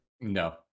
no